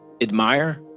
admire